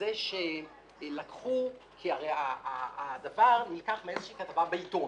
כך שלקחו הרי הדבר נלקח מאיזו כתבה בעיתון,